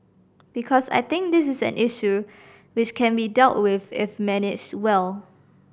because I think this is an issue which can be dealt with if managed well